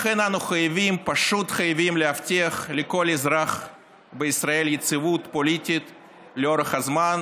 לכן אנו פשוט חייבים להבטיח לכל אזרח בישראל יציבות פוליטית לאורך זמן,